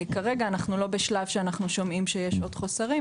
כרגע אנחנו לא בשלב שאנחנו שומעים בו על עוד חוסרים.